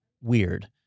weird